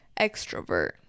extrovert